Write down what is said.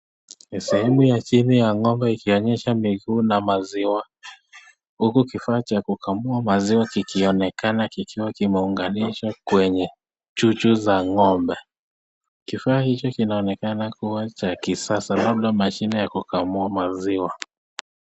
Sehemu ya chini ya ngombe ikionyesha miguu na maziwa. Huku kifaa cha kukamua maziwa kikionekana kikiwa kimeunganishwa kwenye chuchubza ngombe. Kifaa hicho kinaonekana kuwa cha kisasa labda mashini ya kukamua maziwa.